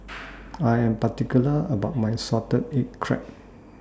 I Am particular about My Salted Egg Crab